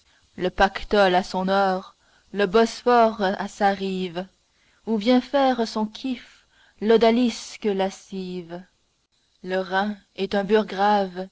le pactole a son or le bosphore a sa rive où vient faire son kief l'odalisque lascive le rhin est un burgrave